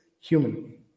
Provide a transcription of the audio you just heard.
human